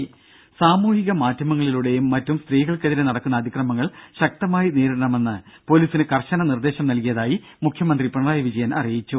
ദേദ സാമൂഹിക മാധ്യമങ്ങളിലൂടെയും മറ്റും സ്ത്രീകൾക്കെതിരെ നടക്കുന്ന അതിക്രമങ്ങൾ ശക്തമായി നേരിടണമെന്ന് പൊലീസിന് കർശന നിർദ്ദേശം നൽകിയതായി മുഖ്യമന്ത്രി അറിയിച്ചു